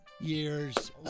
Years